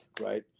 right